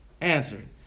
answered